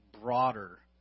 broader